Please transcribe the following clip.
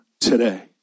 today